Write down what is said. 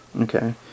Okay